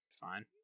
fine